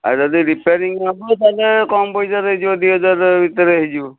ଆଉ ଯଦି ରିପ୍ୟାରିଂ ହେବ ତା'ହେଲେ କମ୍ ପଇସାରେ ହେଇଯିବ ଦୁଇ ହଜାର ଭିତରେ ହେଇଯିବ